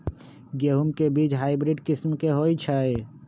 गेंहू के बीज हाइब्रिड किस्म के होई छई?